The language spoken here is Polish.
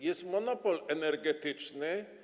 Jest monopol energetyczny.